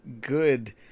good